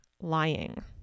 lying